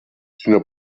sinó